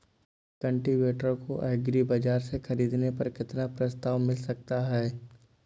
Cultivator को agri बाजार से ख़रीदने पर कितना प्रस्ताव मिल सकता है?